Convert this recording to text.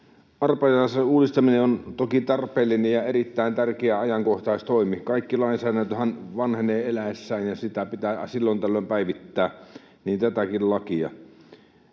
Arpajaislain uudistaminen on toki tarpeellinen ja erittäin tärkeä ajankohtaistoimi. Kaikki lainsäädäntöhän vanhenee eläessään, ja sitä pitää silloin tällöin päivittää, niin tätäkin lakia.